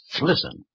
Listen